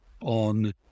on